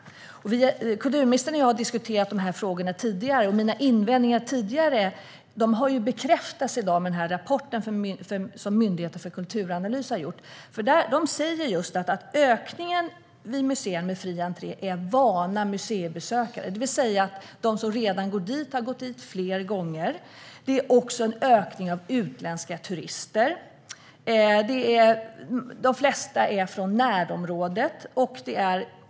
Kulturministern och jag har diskuterat de här frågorna tidigare, och mina tidigare invändningar har bekräftats av rapporten som Myndigheten för kulturanalys har gjort. Man säger att ökningen vid museer med fri entré utgörs av vana museibesökare, det vill säga att de som redan går dit har gått fler gånger. Det är också en ökning av utländska turister. De flesta är från närområdet.